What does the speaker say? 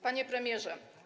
Panie Premierze!